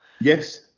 yes